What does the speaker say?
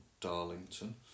Darlington